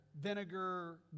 vinegar